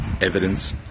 evidence